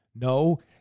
No